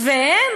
והם?